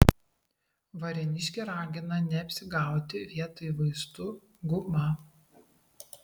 varėniškė ragina neapsigauti vietoj vaistų guma